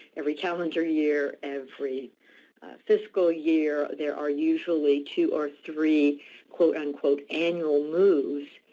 every calendar year, every fiscal year. there are usually two or three quote unquote, annual moves,